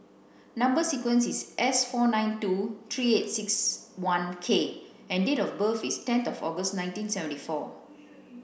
number sequence is S four nine two three eight six one K and date of birth is ten of August nineteen seventy four